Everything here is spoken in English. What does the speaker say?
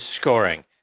scoring